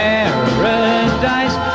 Paradise